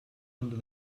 under